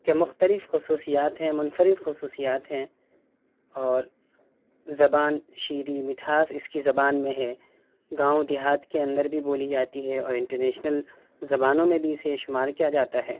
کے مختلف خصوصیات ہیں منفرد خصوصیات ہیں اور زبان شیریں مٹھاس اس کی زبان میں ہے گاؤں دیہات کے اندر بھی بولی جاتی ہے اور انٹرنیشنل زبانوں میں بھی اسے شمار کیا جاتا ہے